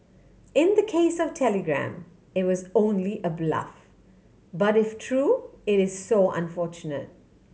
in the case of Telegram it was only a bluff but if true it is so unfortunate